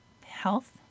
health